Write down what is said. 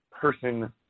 person